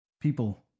People